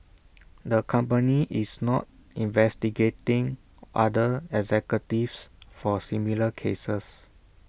the company is not investigating other executives for similar cases